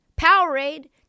Powerade